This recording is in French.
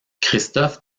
christophe